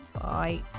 Bye